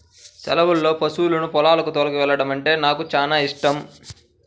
సెలవుల్లో పశువులను పొలాలకు తోలుకెల్లడమంటే నాకు చానా యిష్టం